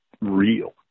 real